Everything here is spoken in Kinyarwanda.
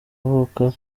avuka